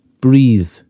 Breathe